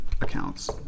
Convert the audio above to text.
accounts